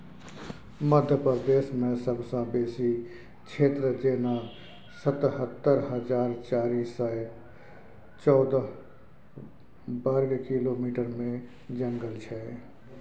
मध्य प्रदेशमे सबसँ बेसी क्षेत्र जेना सतहत्तर हजार चारि सय चौदह बर्ग किलोमीटरमे जंगल छै